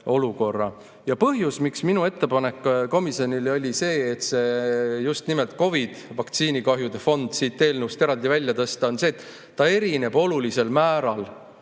Põhjus, miks minu ettepanek komisjonile oli see, et just nimelt COVID‑i vaktsiini kahjude fond siit eelnõust eraldi välja tõsta, on see, et ta erineb olulisel määral